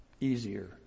Easier